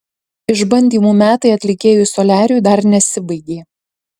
išbandymų metai atlikėjui soliariui dar nesibaigė